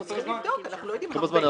אנחנו נבדוק, אנחנו לא יודעים להגיד.